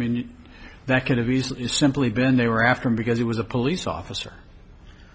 mean that could've easily simply been they were after him because he was a police officer